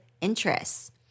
interests